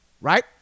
right